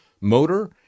motor